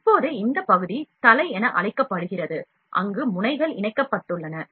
இப்போது இந்த பகுதி தலை என அழைக்கப்படுகிறது அங்கு முனைகள் இணைக்கப்பட்டுள்ளன